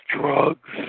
drugs